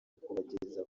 kubageza